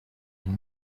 and